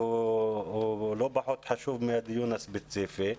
לא פחות חשוב מהדיון הספציפי.